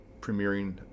premiering